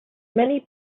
many